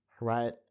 right